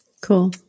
Cool